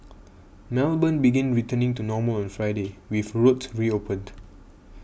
Melbourne began returning to normal on Friday with roads reopened